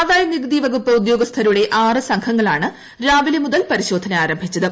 ആദായ നികുതി വകുപ്പ് ഉദ്യോഗസ്ഥരുടെ ആറ് സംഘങ്ങളാണ് രാവിലെ മുതൽ പരിശോധന ആരംഭിച്ചത്